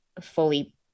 fully